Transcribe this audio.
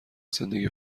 زندگی